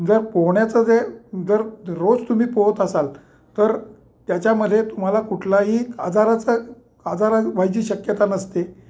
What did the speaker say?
जर पोहण्याचं जे जर रोज तुम्ही पोहत असाल तर त्याच्यामध्ये तुम्हाला कुठलाही आजाराचा आजारा व्हायची शक्यता नसते